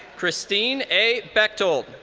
christine a. bechdel.